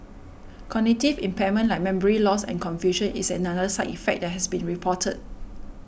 cognitive impairment like memory loss and confusion is another side effect that has been reported